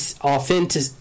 authentic